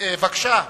אדוני ראש הממשלה,